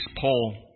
Paul